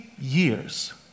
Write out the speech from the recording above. years